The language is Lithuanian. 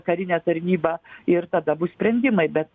karinę tarnybą ir tada bus sprendimai bet